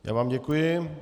Já vám děkuji.